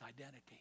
identity